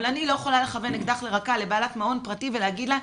אבל אני לא יכולה לכוון אקדח לרקה לבעלת מעון פרטי ולהגיד לה,